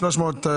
הצבעה אושר.